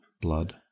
blood